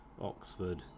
Oxford